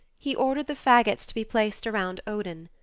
he ordered the fagots to be placed around odin.